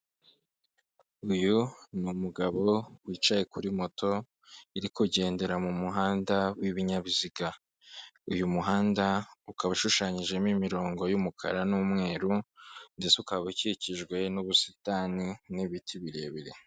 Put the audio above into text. Uyu ni umugabo wicaye kuri moto iri kugendera mu muhanda w'ibinyabiziga. Uyu muhanda ukaba ushushanyijemo imirongo y'umukara n'umweru ndetse ukaba ukikijwe n'ubusitani n'ibiti birebire.